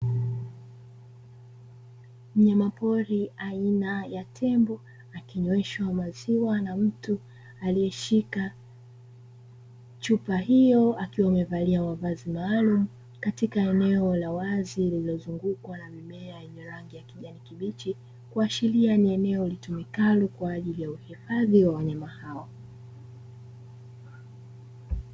Mnyama pori aina ya tembo akinyweshwa maziwa na mtu akiwa ameshika chupa hiyo akiwa amevalia mavazi maalumu katika eneo la wazi lililozungukwa na mimea ya rangi ya kijani kibichi, kuashiria ni eneo litumikalo kwa ajilia ya uhifadhi ya wanyama hao.